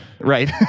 right